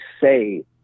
say